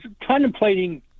contemplating